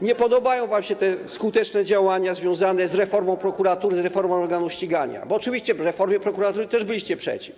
Nie podobają się wam te skuteczne działania związane z reformą prokuratury, z reformą organów ścigania, bo oczywiście w przypadku reformy prokuratury też byliście przeciw.